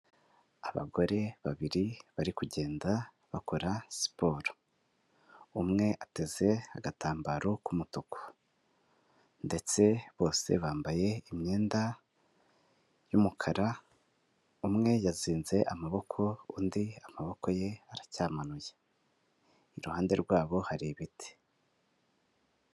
Abagore babiri bari kugenda bakora siporo umwe ateze agatambaro k'umutuku ndetse bose bambaye imyenda yumukara umwe yazinze amaboko undi amaboko ye aracyamanuye iruhande rwabo hari ibiti.